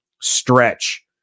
stretch